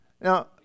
Now